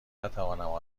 نتوانم